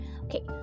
Okay